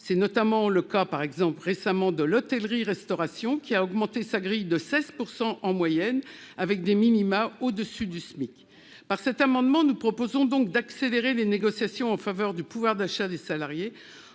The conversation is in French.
C'est notamment le cas de l'hôtellerie-restauration, qui a récemment augmenté sa grille de 16 % en moyenne, avec des minima au-dessus du SMIC. Par cet amendement, nous proposons d'accélérer les négociations en faveur du pouvoir d'achat des salariés,